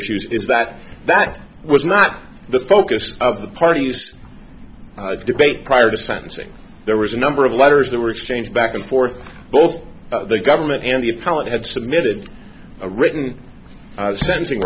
issues is that that was not the focus of the party's debate prior to sentencing there was a number of letters that were exchanged back and forth both the government and the appellant had submitted a written sensing